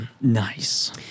Nice